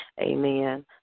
Amen